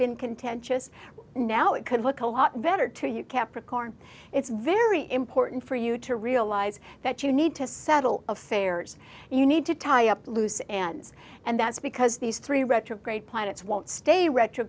been contentious now it could look a lot better to you capricorn it's very important for you to realize that you need to settle affairs you need to tie up loose ends and that's because these three retrograde planets won't stay retro